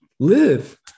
Live